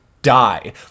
die